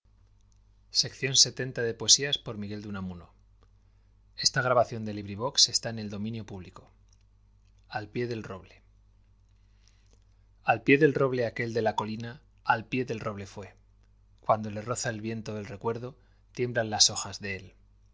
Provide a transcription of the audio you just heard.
de amor suba deshecha al pié del eoble al pié del roble aquel de la colina al pié del roble fué cuando le roza el viento del recuerdo tiemblan las hojas de él